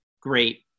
great